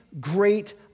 great